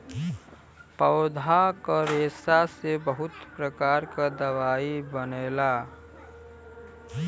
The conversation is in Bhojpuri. पौधा क रेशा से बहुत प्रकार क दवाई बनला